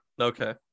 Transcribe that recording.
Okay